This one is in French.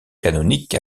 canonique